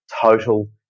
total